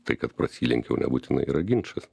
tai kad prasilenkiau nebūtinai yra ginčas